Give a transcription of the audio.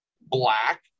black